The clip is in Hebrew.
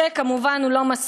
את זה כמובן הוא לא מזכיר.